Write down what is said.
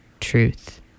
truth